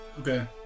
Okay